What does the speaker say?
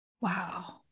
Wow